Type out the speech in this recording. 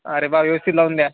अरे बा व्यवस्थित लावून द्या